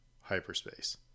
hyperspace